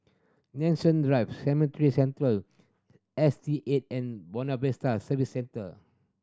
Nanson Drives Cemetry Central S T Eight and Buona Vista Service Centre